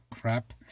crap